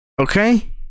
okay